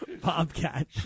Bobcat